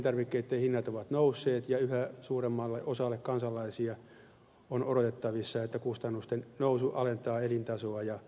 elintarvikkeitten hinnat ovat nousseet ja yhä suuremmalle osalle kansalaisia on odotettavissa että kustannusten nousu alentaa elintasoa